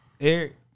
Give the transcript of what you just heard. Eric